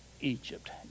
Egypt